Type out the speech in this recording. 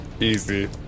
Easy